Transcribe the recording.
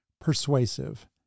persuasive